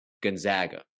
gonzaga